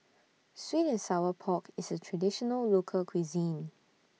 Sweet and Sour Pork IS A Traditional Local Cuisine